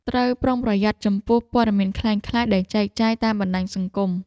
ត្រូវប្រុងប្រយ័ត្នចំពោះព័ត៌មានក្លែងក្លាយ ដែលចែកចាយតាមបណ្តាញសង្គម។